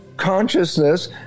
Consciousness